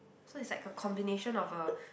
so it's like a combination of a